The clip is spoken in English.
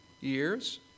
years